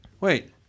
wait